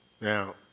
Now